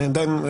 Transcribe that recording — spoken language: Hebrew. אני עדיין,